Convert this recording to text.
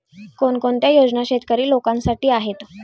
कोणकोणत्या योजना शेतकरी लोकांसाठी आहेत?